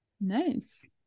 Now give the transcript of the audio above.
Nice